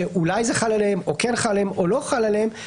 שאולי זה חל עליהם או כן חל עליהם או לא חל עליהם,